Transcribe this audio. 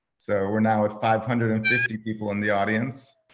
so we're now at five hundred and fifty people and the audience.